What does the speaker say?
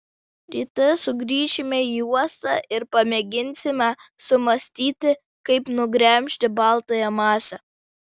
ryte sugrįšime į uostą ir pamėginsime sumąstyti kaip nugremžti baltąją masę